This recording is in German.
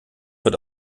wird